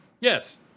Yes